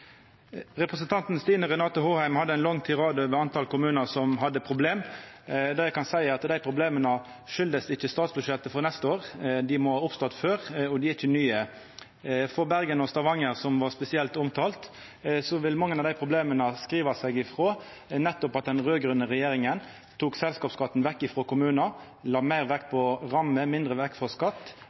Representanten Stine Renate Håheim hadde ein lang tirade om talet på kommunar som hadde problem. Det eg kan seia, er at dei problema ikkje kjem av statsbudsjettet for neste år, dei må ha oppstått før, og dei er ikkje nye. For Bergen og Stavanger, som var spesielt omtalte, vil mange av problema skriva seg nettopp frå at den raud-grøne regjeringa tok vekk selskapsskatten frå kommunar, la meir vekt på rammer, mindre vekt på skatt